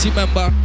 member